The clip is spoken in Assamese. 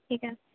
ঠিক আ